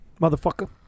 motherfucker